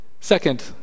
Second